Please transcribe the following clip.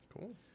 Cool